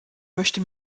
möchte